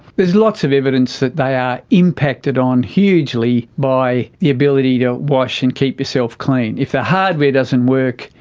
there's lots of evidence that they are impacted on hugely by the ability to wash and keep yourself clean. if the hardware doesn't work,